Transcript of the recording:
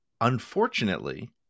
unfortunately